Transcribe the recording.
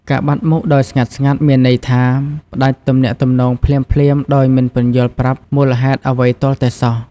ការបាត់មុខដោយស្ងាត់ៗមានន័យថា ផ្ដាច់ទំនាក់ទំនងភ្លាមៗដោយមិនពន្យល់ប្រាប់មូលហេតុអ្វីទាល់តែសោះ។